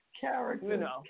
character